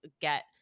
get